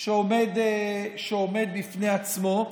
שעומד בפני עצמו.